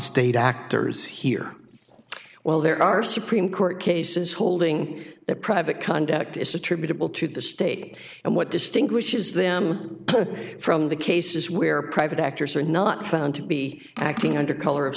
state actors here while there are supreme court cases holding that private conduct is attributable to the state and what distinguishes them from the cases where private actors are not found to be acting under color of